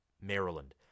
Maryland